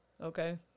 Okay